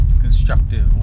constructive